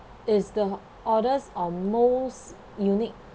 is the oddest or most unique